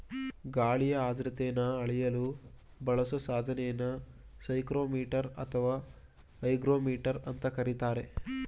ಗಾಳಿಯ ಆರ್ದ್ರತೆನ ಅಳೆಯಲು ಬಳಸೊ ಸಾಧನನ ಸೈಕ್ರೋಮೀಟರ್ ಅಥವಾ ಹೈಗ್ರೋಮೀಟರ್ ಅಂತ ಕರೀತಾರೆ